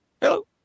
Hello